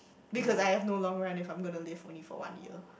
because I have no long run if I'm gonna to live only for one year